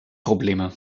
probleme